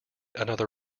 another